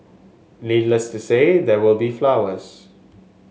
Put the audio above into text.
needless to say there will be flowers